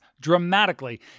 dramatically